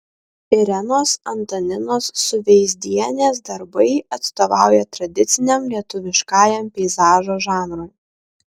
irenos antaninos suveizdienės darbai atstovauja tradiciniam lietuviškajam peizažo žanrui